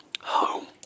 home